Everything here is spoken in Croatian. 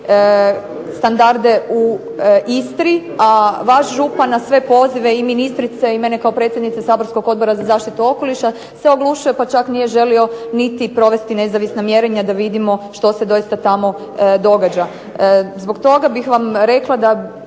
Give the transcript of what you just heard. standarde u Istri, a vaš župan na sve pozive i ministrice i mene kao predsjednice saborskog Odbora za zaštitu okoliša se oglušuje, pa čak nije želio niti provesti nezavisna mjerenja da vidimo što se doista tamo događa. Zbog toga bih vam rekla da